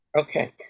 Okay